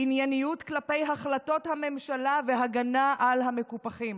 ענייניות כלפי החלטות הממשלה והגנה על המקופחים.